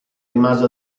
rimase